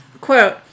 quote